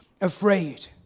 afraid